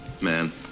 man